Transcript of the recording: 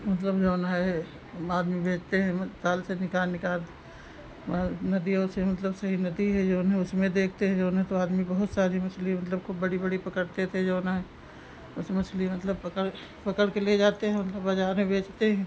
मतलब जो है आदमी बेचते हैं ताल से निकाल निकाल वह नदियों से मतलब सई नदी है जो है उसमें देखते हैं जो है तो आदमी बहुत सारी मछली मतलब खूब बड़ी बड़ी पकड़ते थे जो है उस मछली मतलब पकड़ पकड़ कर ले जाते हैं मतलब बाजार में बेचते हैं